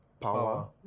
power